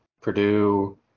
Purdue